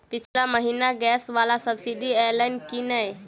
पिछला महीना गैस वला सब्सिडी ऐलई की नहि?